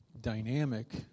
dynamic